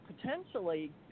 potentially